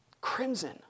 crimson